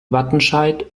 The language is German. wattenscheid